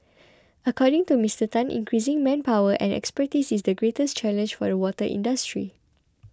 according to Mister Tan increasing manpower and expertise is the greatest challenge for the water industry